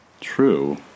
True